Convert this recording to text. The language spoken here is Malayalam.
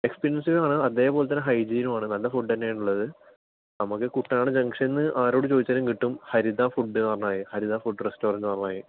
എക്സ്പെൻസീവ് ആണ് അതുപോലെ തന്നെ ഹൈജീനുമാണ് നല്ല ഫുഡ് തന്നെ ആണ് ഉള്ളത് നമ്മൾക്ക് കുട്ടനാട് ജംക്ഷനിൽ നിന്ന് ആരോടു ചോദിച്ചാലും കിട്ടും ഹരിത ഫുഡ് എന്ന് പറഞ്ഞാൽ മതി ഹരിത ഫുഡ് റസ്റ്റോറെന്റ് എന്ന് പറഞ്ഞാൽ മതി